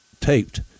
taped